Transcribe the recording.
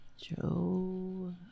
Joe